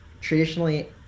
traditionally